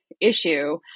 issue